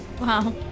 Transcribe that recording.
Wow